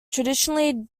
traditionally